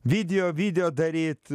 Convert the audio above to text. video video daryt